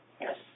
yes